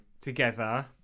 together